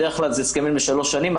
בדרך כלל זה הסכמים לשלוש שנים.